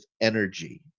energy